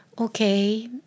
Okay